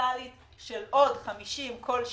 אינקרמנטלית של עוד 50 בכל שנה,